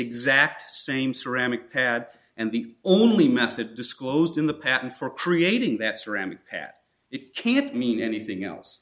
exact same ceramic pad and the only method disclosed in the patent for creating that ceramic pat it can't mean anything else